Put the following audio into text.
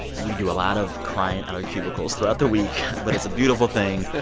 we do a lot of crying at our cubicles throughout the week but it's a beautiful thing.